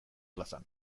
plazan